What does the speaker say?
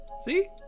See